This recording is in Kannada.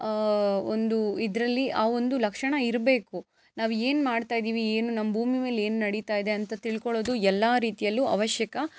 ಒಂದು ಇದರಲ್ಲಿ ಆ ಒಂದು ಲಕ್ಷಣ ಇರಬೇಕು ನಾವು ಏನು ಮಾಡ್ತಾ ಇದ್ದೀವಿ ಏನು ನಮ್ಮ ಭೂಮಿ ಮೇಲೆ ಏನು ನಡೀತಾ ಇದೆ ಅಂತ ತಿಳ್ಕೊಳ್ಳೋದು ಎಲ್ಲ ರೀತಿಯಲ್ಲೂ ಅವಶ್ಯಕ